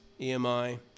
EMI